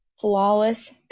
flawless